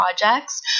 projects